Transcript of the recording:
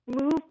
move